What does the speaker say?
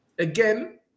Again